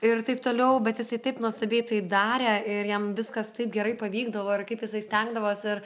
ir taip toliau bet jisai taip nuostabiai tai darė ir jam viskas taip gerai pavykdavo ir kaip jisai stengdavosi ir